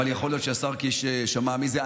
אבל יכול להיות שהשר קיש שמע על זה.